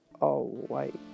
all-white